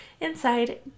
Inside